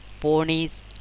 ponies